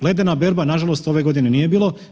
Ledena berba nažalost ove godine nije bilo.